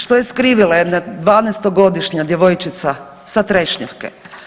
Što je skrivila jedna 12-godišnja djevojčica sa Trešnjevke?